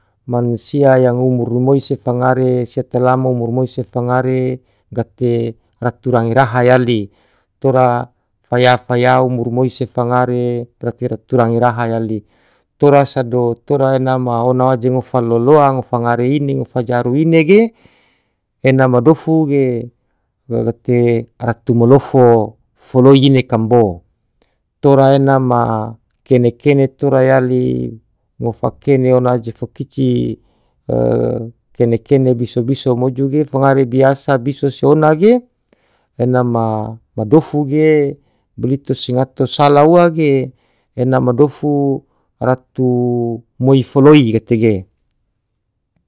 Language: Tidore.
Mansia yang umur rimoi se fangare, setelah umur rimoi se fangare gate ratu range raha yali, tora faya-faya umur moi se fangare gate ratu range raha yali, tora sado tora ena ma ona waje ngofa loa-loa, ngofa ngare ine, ngofa jaru ine ge, ena ma dofu ge gate ratu malofo foloi ine kambo, tora ena ma kene-kene tora yali, ngofa kene ona waje fakici kene-kene biso-biso moju ge fangare biasa biso se ona ge, ena ma dofu ge, balito se fangato sala ua ge ena ma dofu ratu moi foloi gatege.